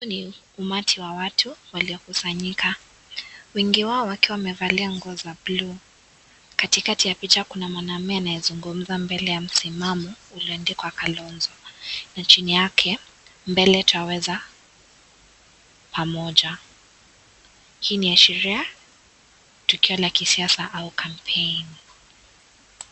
Huu ni umati wa watu waliokusanyika . Wengi wao wakiwa wamevalia nguo za buluu. Katikati ya picha kuna mwanaume anayezungumza mbele ya msimamo ulioandikwa Kalonzo. Na chini yake mbele twaweza pamoja. Hii inaashiria tukio la kisiasa au kampeni.